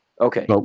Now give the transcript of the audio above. Okay